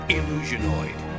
Illusionoid